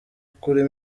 kuri